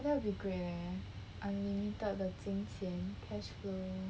that would be great leh unlimited 的金钱 cashflow